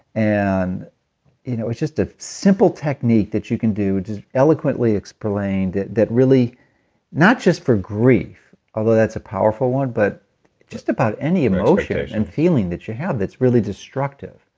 and you know it's just a simple technique that you can do, just eloquently explain that that really not just for grief although that's a powerful one, but just about any emotion expectations. and feeling that you have that's really destructive.